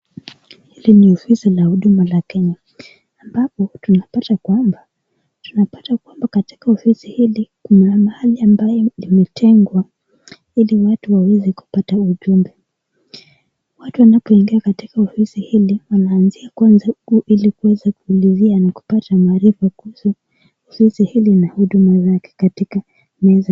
Hili ni ofisi ya huduma ya kenya am apo tunapata kwamba katika ofisi hili kuna mahi ambayo imetengwa hili watu waweze kupata ujumbe, watu wanapo ingia katika ofisi hili wanaanzi kwanza hili kupata marifu kuhusu ofisi hili na huduma zake katika meza.